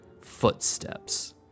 Footsteps